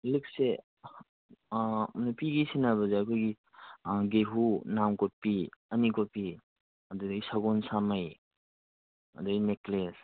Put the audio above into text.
ꯂꯤꯛꯁꯦ ꯅꯨꯄꯤꯒꯤ ꯁꯤꯅꯕꯁꯦ ꯑꯩꯈꯣꯏꯒꯤ ꯒꯦꯍꯨ ꯅꯥꯝ ꯀꯣꯠꯄꯤ ꯑꯅꯤꯀꯣꯠꯄꯤ ꯑꯗꯨꯗꯒꯤ ꯁꯒꯣꯟ ꯁꯥꯃꯩ ꯑꯗꯒꯤ ꯅꯦꯛꯀ꯭ꯂꯦꯁ